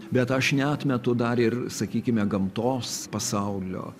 bet aš neatmetu dar ir sakykime gamtos pasaulio